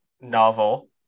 novel